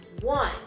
one